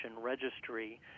registry